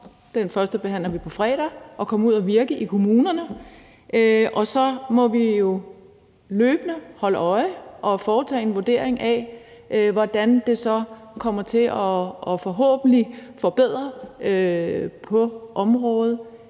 den førstebehandler vi på fredag – mulighed for at komme ud at virke i kommunerne, og så må vi jo løbende holde øje og foretage en vurdering af, hvordan det så forhåbentlig kommer til at forbedre området.